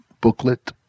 booklet